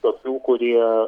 tokių kurie